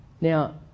Now